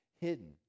hidden